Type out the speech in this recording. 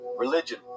Religion